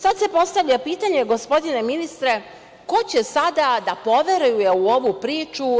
Sada se postavlja pitanje, gospodine ministre, ko će sada da poveruje u ovu priču?